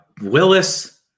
Willis